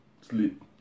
sleep